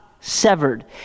severed